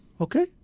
Okay